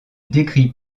décrit